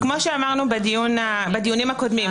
כמו שאמרנו בדיונים הקודמים,